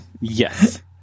yes